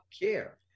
care